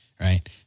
right